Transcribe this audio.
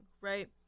right